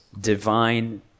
divine